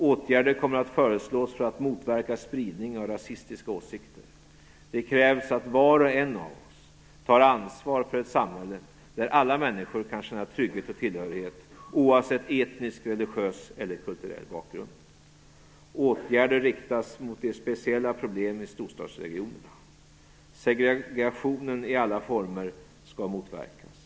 Åtgärder kommer att föreslås för att motverka spridningen av nazistiska åsikter. Det krävs att var och en av oss tar ansvar för ett samhälle där alla människor kan känna trygghet och tillhörighet, oavsett etnisk, religiös eller kulturell bakgrund. Åtgärder riktas mot de speciella problemen i storstadsregionerna. Segregation i alla former skall motverkas.